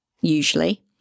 usually